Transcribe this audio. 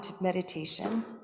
meditation